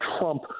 Trump